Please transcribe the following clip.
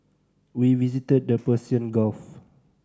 we visited the Persian Gulf